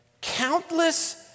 countless